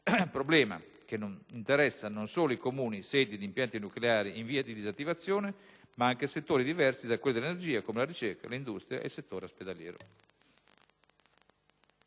problema che interessa non solo i Comuni sedi di impianti nucleari in via di disattivazione, ma anche settori diversi da quello dell'energia, come la ricerca, l'industria ed il settore ospedaliero.